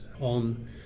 on